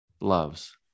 loves